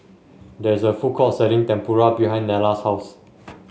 there is a food court selling Tempura behind Nella's house